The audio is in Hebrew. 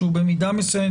שהוא במידה מסוימת,